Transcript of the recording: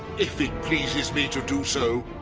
if it pleases me to do so.